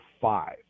five